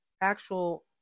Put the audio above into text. actual